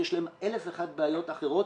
יש להן אלף ואחת בעיות אחרות.